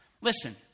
listen